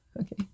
Okay